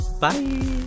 Bye